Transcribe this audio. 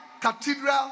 cathedral